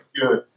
Good